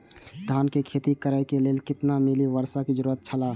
धान के खेती करे के लेल कितना मिली वर्षा के जरूरत छला?